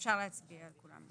אפשר להצביע על כולן ביחד.